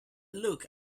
look